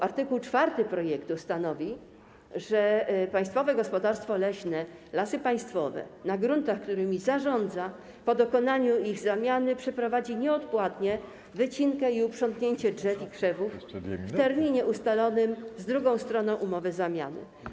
Art. 4 projektu stanowi, że Państwowe Gospodarstwo Leśne Lasy Państwowe na gruntach, którymi zarządza, po dokonaniu ich zamiany przeprowadzi nieodpłatnie wycinkę i uprzątnięcie drzew i krzewów w terminie ustalonym z drugą stroną umowy zamiany.